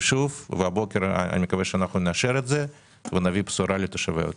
ואני מקווה שהבוקר נאשר את זה ונביא בשורה לתושבי העוטף.